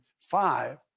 five